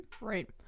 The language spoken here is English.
right